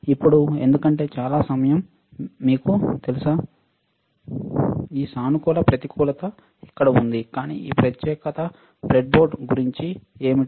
ఇప్పుడు ఎందుకంటే చాలా సమయం మీకు తెలుసా ఈ సానుకూల ప్రతికూలత ఇక్కడ ఉంది కానీ ఈ ప్రత్యేకత బ్రెడ్బోర్డ్ గురించి ఏమిటి